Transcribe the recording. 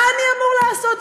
מה אני אמור לעשות?